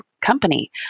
company